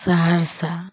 Saharsa